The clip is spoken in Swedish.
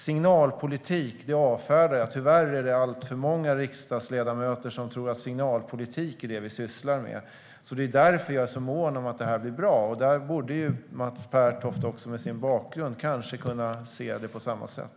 Signalpolitik avfärdar jag. Tyvärr är det alltför många riksdagsledamöter som tror att signalpolitik är det som vi ska syssla med. Jag är mån om att det här blir bra, och Mats Pertoft borde med sin bakgrund kanske kunna se det på samma sätt.